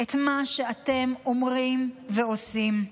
את מה שאתם אומרים ועושים.